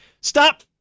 stop